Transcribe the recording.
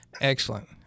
Excellent